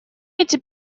эти